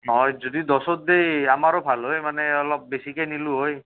নহয় যদি দছত দিয়ে আমাৰো ভাল হয় মানে অলপ বেছিকৈ নিলো হয়